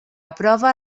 aprova